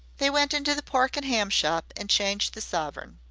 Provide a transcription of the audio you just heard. they went into the pork and ham shop and changed the sovereign.